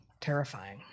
terrifying